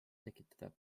tekitada